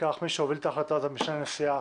מי שהוביל את ההחלטה זו המשנה לנשיאה,